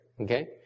okay